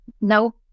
no